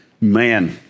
Man